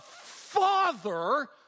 Father